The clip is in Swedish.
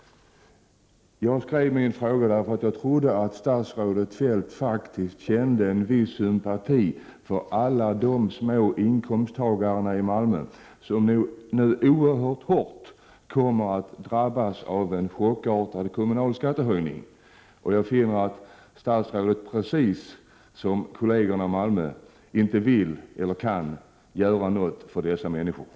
1988/89:31 Jag ställde min fråga därför att jag trodde att statsrådet Feldt faktiskt 24 november 1988 kände en viss sympati för alla låginkomsttagare i Malmö som nu oerhört hårt mor ork — kommer att drabbas av en chockartad kommunalskattehöjning. Jag finner att statsrådet precis som kollegerna i Malmö inte vill eller kan göra någonting för dessa människor.